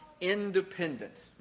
independent